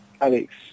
Alex